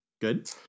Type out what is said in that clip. Good